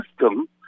system